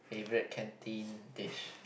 favourite canteen dish